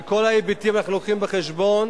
את כל ההיבטים אנחנו מביאים בחשבון,